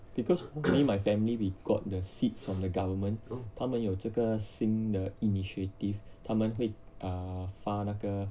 because me and my family we got the seeds from the government 他们有这个新的 initiative 他们会 err 发那个